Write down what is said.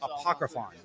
Apocryphon